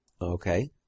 Okay